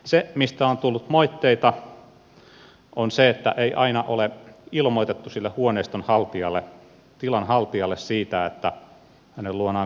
se mistä on tullut moitteita on se että ei aina ole ilmoitettu sille huoneiston haltijalle tilan haltijalle siitä että hänen luonaan kotietsintää tehdään